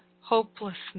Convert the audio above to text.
hopelessness